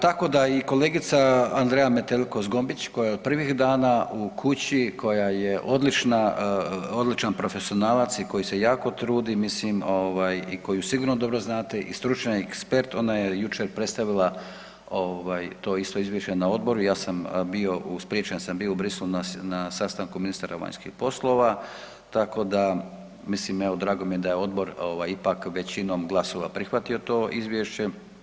Tako da i kolegica Andreja Metelko Zgombić koja je od prvih dana u kući, koja je odlična, odličan profesionalac i koji se jako trudi mislim ovaj i koju sigurno dobro znate i stručna i ekspert ona je jučer predstavila ovaj to isto izvješće na odboru, ja sam bio spriječen jer sam bio u Bruxellesu na sastanku ministara vanjskih poslova, tako mislim evo drago mi je da je odbor ipak većinom glasova prihvatio to izvješće.